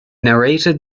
narrated